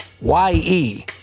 Y-E